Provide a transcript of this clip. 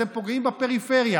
אתם פוגעים בפריפריה.